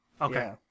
Okay